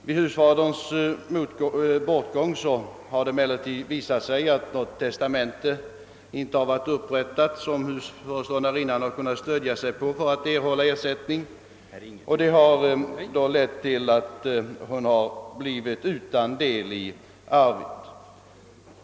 Vid husfaderns frånfälle har det emellertid visat sig att något testamente inte har varit upprättat som husföreståndarinnan har kunnat stödja sig på för att erhålla ersättning, och hon har sålunda blivit utan del i arvet.